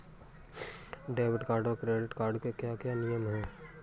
Debit card और credit card के क्या क्या नियम हैं?